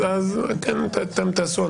כן, אז תעשו בדיקה.